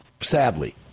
sadly